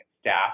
staff